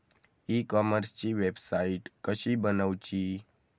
E कॉमर्सची website कशी बनवची?